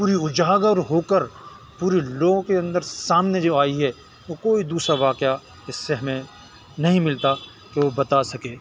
پوری اجاگر ہو کر پوری لوگوں کے اندر سامنے جو آئی ہے وہ کوئی دوسرا واقعہ اس سے ہمیں نہیں ملتا کہ وہ بتا سکے